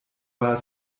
war